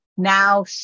now